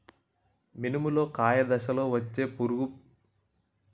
మినుము లో కాయ దశలో వచ్చే పురుగు పేరును తెలపండి? మరియు దాని నివారణ ఎలా?